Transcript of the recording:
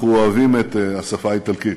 אנחנו אוהבים את השפה האיטלקית,